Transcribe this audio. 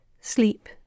sleep